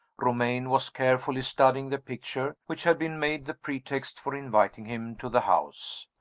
romayne was carefully studying the picture which had been made the pretext for inviting him to the house.